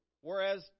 Whereas